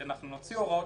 יהיו הוראות